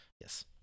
Yes